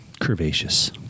curvaceous